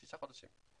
שישה חודשים.